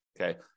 Okay